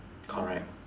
correct